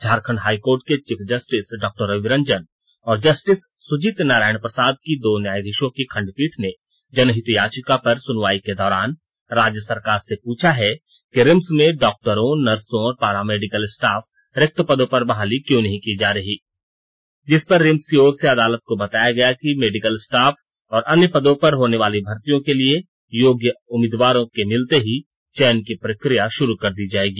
Jharkhand high court के chief justice डॉ रवि रंजन और जस्टिस सुजीत नारायण प्रसाद की दो न्यायाधीशों की खंडपीठ ने जनहित याचिका पर सुनवाई के दौरान राज्य सरकार से पूछा है कि रिम्स में डॉक्टरों नर्सों और पारा मेडिकल स्टाफ रिक्त पदों पर बहाली क्यों नहीं की जा रही है जिस पर रिम्स की ओर से अदालत को बताया गया कि मेडिकल स्टाफ और अन्य पदों पर होने वाली भर्तियों के लिए योग्य उम्मीदवारों के मिलते ही चयन की प्रक्रिया शुरू कर दी जाएगी